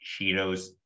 Cheetos